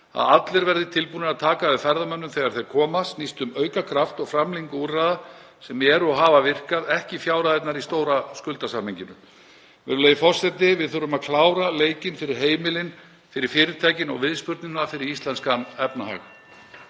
að allir verði tilbúnir að taka við ferðamönnum þegar þeir koma. Það snýst um að auka kraft og framlengja úrræði sem hafa virkað, en ekki fjárhæðirnar í stóra skuldasamhenginu. Virðulegi forseti. Við þurfum að klára leikinn fyrir heimilin, fyrir fyrirtækin, og viðspyrnuna fyrir íslenskan efnahag.